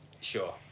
Sure